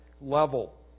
level